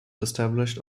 established